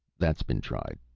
that's been tried,